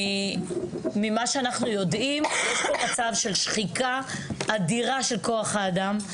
ממה שאנחנו יודעים יש פה שחיקה אדירה של כוח האדם.